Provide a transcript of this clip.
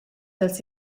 dals